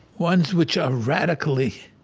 ones which are radically